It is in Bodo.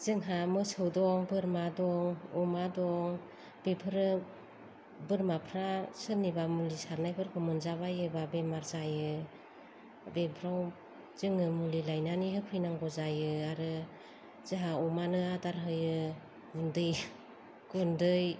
जोंहा मोसौ दं बोरमा दं अमा दं बेफोरो बोरमाफ्रा सोरनिबा मुलि सारनायफोरखौ मोनजाबायोबा बेमार जायो बेफ्राव जोङो मुलि लायनानै होफैनांगौ जायो आरो जाहा अमानो आदार होयो गुन्दै गुन्दै